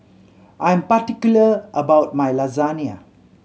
I am particular about my Lasagna